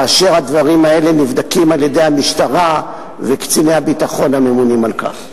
כאשר הדברים האלה נבדקים על-ידי המשטרה וקציני הביטחון הממונים על כך.